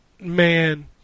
man